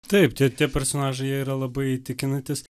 taip tie tie personažai jie yra labai įtikinantys